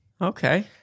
Okay